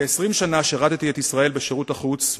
כ-20 שנה שירתתי את ישראל בשירות החוץ,